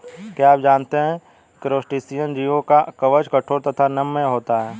क्या आप जानते है क्रस्टेशियन जीवों का कवच कठोर तथा नम्य होता है?